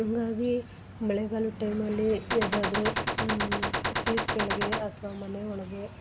ಹಂಗಾಗಿ ಮಳೆಗಾಲದ ಟೈಮಲ್ಲಿ ಯಾವ್ದಾದರು ಸೀಟ್ ಕೆಳಗೆ ಅಥ್ವ ಮನೆ ಒಳಗೆ